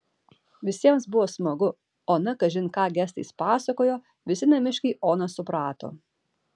visiems buvo smagu ona kažin ką gestais pasakojo visi namiškiai oną suprato